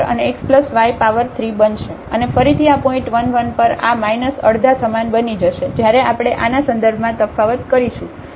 તેથી આપણે અહીં 4 x ઓવર x y ³ મેળવીશું જેની કિંમત 1 1 ની છે તે ફરીથી અડધી છે પછી આપણે x અને y ને 1 તરીકે બદલીશું